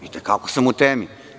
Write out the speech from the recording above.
I te kako sam u temi.